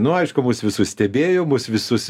nu aišku mus visus stebėjo mus visus